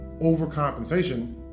overcompensation